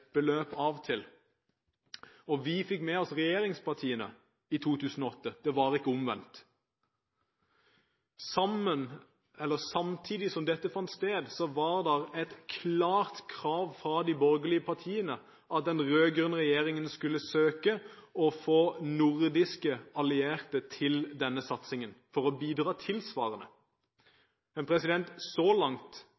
beløp til. Og vi fikk med oss regjeringspartiene i 2008 – det var ikke omvendt. Samtidig som det fant sted, var det et klart krav fra de borgerlige partiene at den rød-grønne regjeringen skulle søke å få nordiske allierte som kunne bidra tilsvarende til denne satsingen.